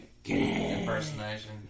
impersonation